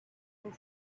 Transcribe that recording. and